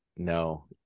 no